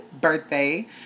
birthday